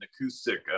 acoustic